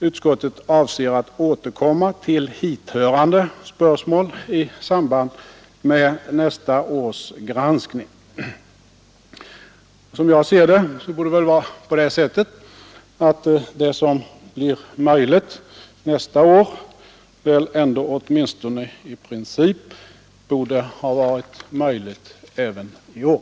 Utskottet avser att återkomma till hithörande spörsmål i samband med nästa års granskning.” Som jag ser det borde väl det som verkar möjligt nästa år ändå åtminstone i princip ha varit möjligt även i år.